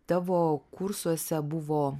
tavo kursuose buvo